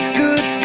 good